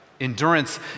Endurance